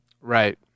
Right